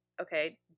okay